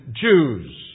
Jews